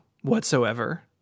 whatsoever